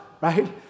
right